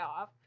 off